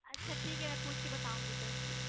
اچھا ٹھیک ہے میں پوچھ کے بتاؤں گی تو